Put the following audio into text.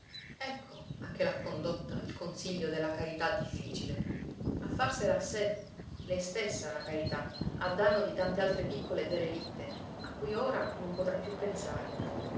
ecco a che l'ha condotta il consiglio della carità difficile a farsela a sé lei stessa la carità a danno di tante altre piccole derelitte a cui ora non potrà più pensare